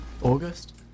August